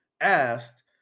asked